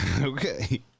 Okay